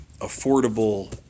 affordable